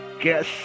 guess